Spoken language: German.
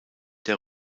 der